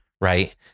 right